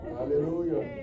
Hallelujah